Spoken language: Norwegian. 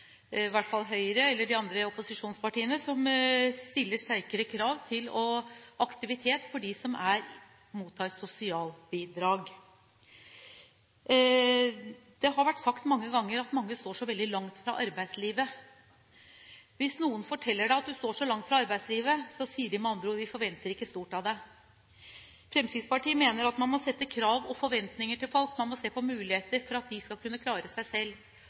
hvert fall Høyre, eller de andre opposisjonspartiene, som stiller sterkere krav til aktivitet for dem som mottar sosialbidrag. Det har vært sagt mange ganger at mange står veldig langt fra arbeidslivet. Hvis noen forteller deg at du står langt fra arbeidslivet, sier de med andre ord: Vi forventer ikke stort av deg. Fremskrittspartiet mener at man må stille krav og forventninger til folk, man må se på muligheter for at de skal kunne klare seg selv.